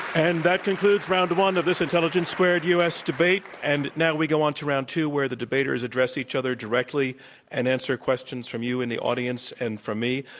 and that concludes round one of this intelligence squared u. s. debate. and now we go on to round two, where the debaters address each other directly and answer questions from you in the audience and from me.